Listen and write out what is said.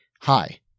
hi